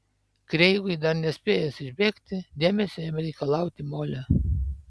kreigui dar nespėjus išbėgti dėmesio ėmė reikalauti molė